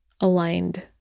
aligned